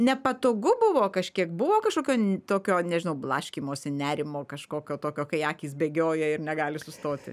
nepatogu buvo kažkiek buvo kažkokio tokio nežinau blaškymosi nerimo kažkokio tokio kai akys bėgioja ir negali sustoti